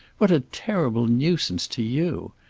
what a terrible nuisance to you!